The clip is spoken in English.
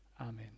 Amen